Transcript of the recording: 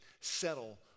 settle